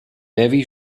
levy